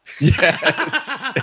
Yes